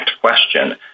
question